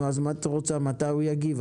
נו, אז מה את רוצה, מתי הוא יגיב?